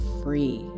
free